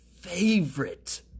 favorite